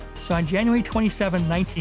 so, on january twenty seven,